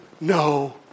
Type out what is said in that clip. no